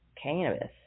cannabis